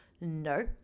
No